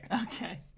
okay